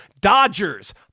Dodgers